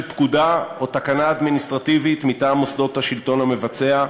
פקודה או תקנה אדמיניסטרטיבית מטעם מוסדות השלטון המבצע,